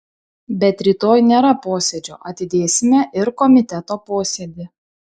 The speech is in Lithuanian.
bet rytoj nėra posėdžio atidėsime ir komiteto posėdį